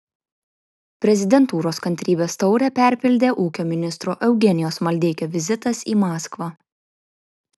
prezidentūros kantrybės taurę perpildė ūkio ministro eugenijaus maldeikio vizitas į maskvą